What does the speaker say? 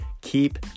keep